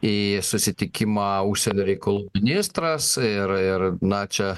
į susitikimą užsienio reikalų ministras ir ir na čia